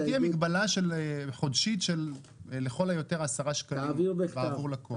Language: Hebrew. שתהיה מגבלה חודשית שלכל היותר 10 ₪ בעבור הלקוח.